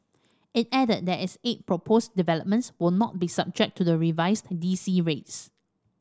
it added that its eight proposed developments will not be subject to the revised D C rates